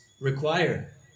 require